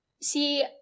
See